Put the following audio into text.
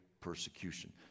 persecution